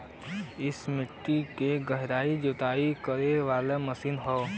इ मट्टी के गहरा जुताई करे वाला मशीन हौ